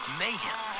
mayhem